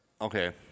Okay